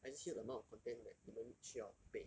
I just hear the amount of content that 你们需要备